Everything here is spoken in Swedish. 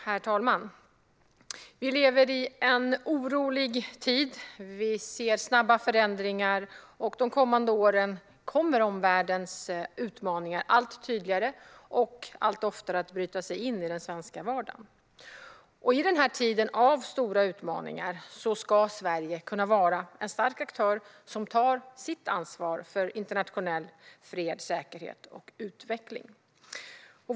Herr talman! Vi lever i en orolig tid. Vi ser snabba förändringar. Och under de kommande åren kommer omvärldens utmaningar att allt tydligare och oftare bryta sig in i den svenska vardagen. I denna tid av stora utmaningar ska Sverige kunna vara en stark aktör som tar sitt ansvar för internationell fred, säkerhet och utveckling.